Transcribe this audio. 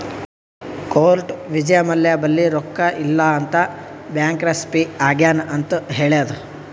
court Vijay Mallya ಬಲ್ಲಿ ರೊಕ್ಕಾ ಇಲ್ಲ ಅಂತ ಬ್ಯಾಂಕ್ರಪ್ಸಿ ಆಗ್ಯಾನ್ ಅಂತ್ ಹೇಳ್ಯಾದ್